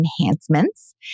enhancements